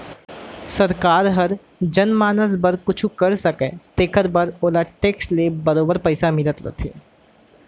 सरकार हर जनमानस बर कुछु कर सकय तेकर बर ओला टेक्स ले बरोबर पइसा मिलत रथे